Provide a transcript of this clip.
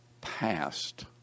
past